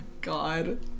God